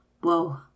Whoa